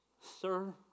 Sir